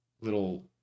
little